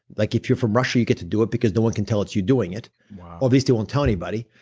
like if you're from russia, you get to do it because no one can tell it's you doing it or at least it won't tell anybody.